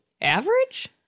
Average